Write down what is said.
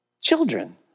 Children